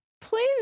please